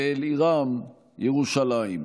ואל עירם ירושלים.